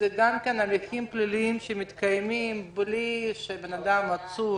זה גם הליכים פליליים שמתקיימים בלי שאדם עצור,